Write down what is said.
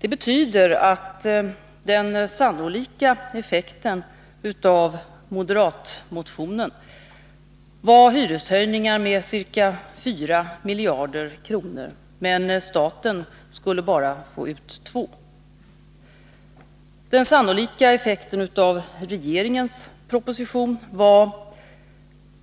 Det betyder att den sannolika effekten av moderatmotionen var hyreshöjningar med ca 4 miljarder kronor, men staten skulle bara få ut 2 miljarder. Den sannolika effekten av regeringens proposition var